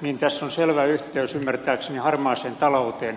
niin tässä on selvä yhteys ymmärtääkseni harmaaseen talouteen